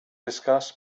discuss